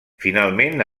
finalment